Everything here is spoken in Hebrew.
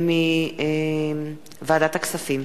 ועדת הכספים.